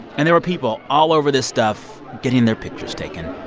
and there were people all over this stuff, getting their pictures taken